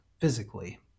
physically